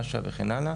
רש"א וכולי.